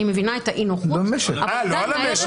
אני מבינה את האי-נוחות --- לא על המשק,